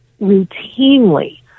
routinely